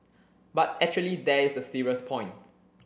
but actually there is a serious point